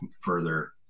further